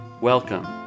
Welcome